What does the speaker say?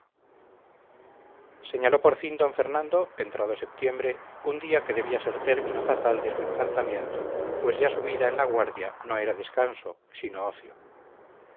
señaló por fin d fernando entrado septiembre un día que debía ser término fatal de su encantamento pues ya su vida en la guardia no era descanso sino ocio